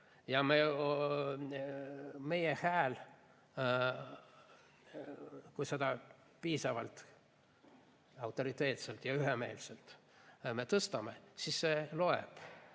Meie hääl, kui me seda piisavalt autoriteetselt ja ühemeelselt tõstame, siis see loeb.